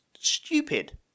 stupid